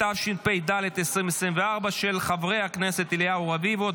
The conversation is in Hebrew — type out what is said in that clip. התשפ"ד 2024. של חברי הכנסת אליהו רביבו,